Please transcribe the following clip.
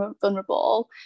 vulnerable